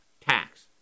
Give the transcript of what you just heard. tax